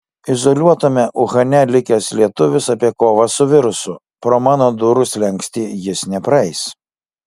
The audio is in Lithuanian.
izoliuotame uhane likęs lietuvis apie kovą su virusu pro mano durų slenkstį jis nepraeis